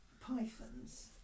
pythons